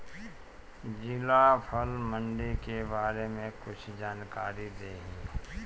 जिला फल मंडी के बारे में कुछ जानकारी देहीं?